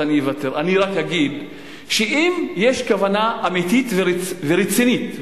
אני רק אגיד שאם יש כוונה אמיתית ורצינית,